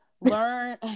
Learn